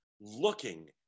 looking